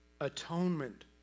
atonement